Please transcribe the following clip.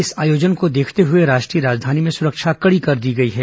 इस आयोजन को देखते हुए राष्ट्रीय राजधानी में सुरक्षा कड़ी कर दी गई है